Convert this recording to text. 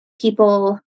people